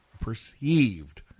perceived